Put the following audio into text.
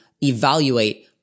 evaluate